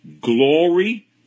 glory